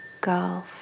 golf